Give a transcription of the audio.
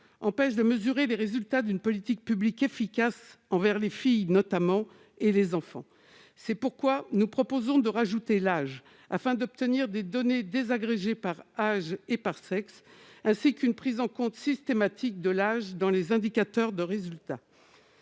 empêche de mesurer les résultats d'une politique publique efficace, notamment envers les filles et les enfants. C'est pourquoi nous proposons d'ajouter l'âge afin d'obtenir des données désagrégées par âge et par sexe, ainsi qu'une prise en compte systématique de l'âge dans les indicateurs de résultats.